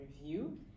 review